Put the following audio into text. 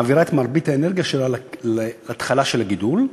מעבירה את מרבית האנרגיה שלה להתחלה של הגידול,